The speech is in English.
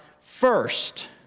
first